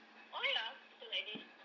why ah people like this